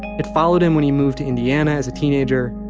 it followed him when he moved to indiana as a teenager.